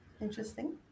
Interesting